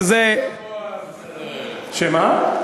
חבל שהם לא פה, שמה?